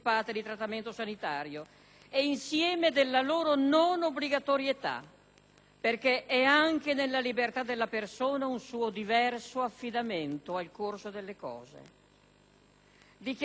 perché è anche nella libertà della persona un suo diverso affidamento al corso delle cose. Dichiarazioni anticipate di volontà in una cornice di garanzia, di appropriatezza,